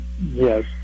Yes